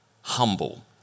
humble